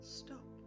stop